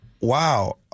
wow